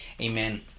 Amen